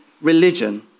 religion